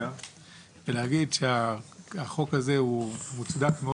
דבריה ולהגיד שהחוק הזה הוא מוצדק מאוד